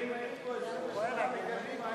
אם היו פה 28 מקדימה,